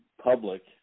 public